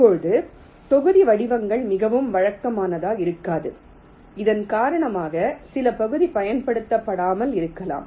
இப்போது தொகுதி வடிவங்கள் மிகவும் வழக்கமானதாக இருக்காது இதன் காரணமாக சில பகுதி பயன்படுத்தப்படாமல் இருக்கலாம்